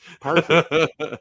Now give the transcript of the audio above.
perfect